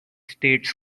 states